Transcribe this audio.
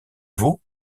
veaux